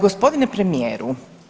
Gospodin premijeru.